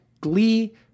Glee